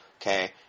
okay